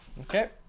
Okay